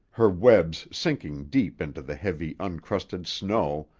her webs sinking deep into the heavy, uncrusted snow,